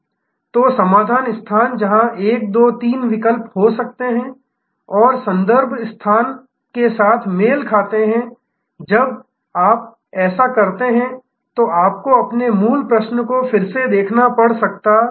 तो समाधान स्थान जहां 1 2 3 विकल्प हो सकते हैं और संदर्भ स्थान के साथ मेल खाते हैं जब आप ऐसा करते हैं तो आपको अपने मूल प्रश्न को फिर से देखना पड़ सकता है